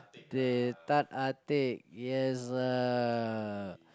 t~ Tan ah teck yes ah